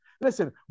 Listen